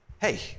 hey